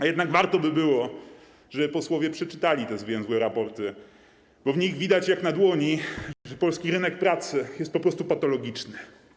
A jednak warto by było, żeby posłowie przeczytali te zwięzłe raporty, bo w nich widać jak na dłoni, że polski rynek pracy jest po prostu patologiczny.